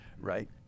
right